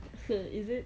is it